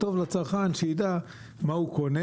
טוב לצרכן שיידע מה הוא קונה,